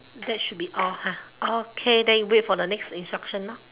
that should be all ah okay then we wait for the next instruction nah